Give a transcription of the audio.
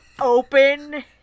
open